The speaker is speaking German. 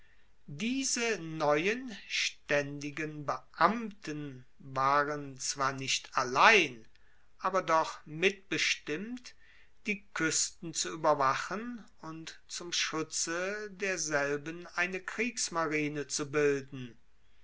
diese neuen staendigen beamten waren zwar nicht allein aber doch mitbestimmt die kuesten zu ueberwachen und zum schutze derselben eine kriegsmarine zu bilden